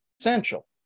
essential